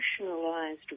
emotionalized